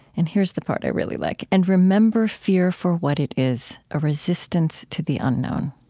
and here's the part i really like, and remember fear for what it is a resistance to the unknown.